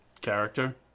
character